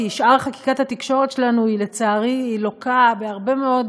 כי שאר חקיקת התקשורת שלנו לצערי לוקה בהרבה מאוד